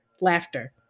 laughter